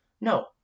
No